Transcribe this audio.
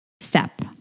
step